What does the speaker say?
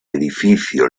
edificio